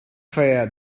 feia